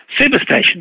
Superstation